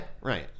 Right